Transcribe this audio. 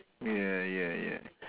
ya ya ya